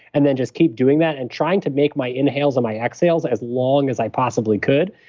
and then just keep doing that and trying to make my inhales and my exhales as long as i possibly could.